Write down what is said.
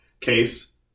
case